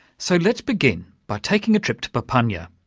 so, let's begin by taking a trip to papunya,